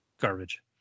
Garbage